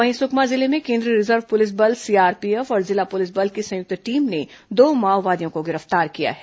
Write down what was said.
वहीं सुकमा जिले में केंद्रीय रिजर्व पुलिस बल सीआरपीएफ और जिला पुलिस बल की संयुक्त टीम ने दो माओवादियों को गिरफ्तार किया है